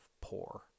poor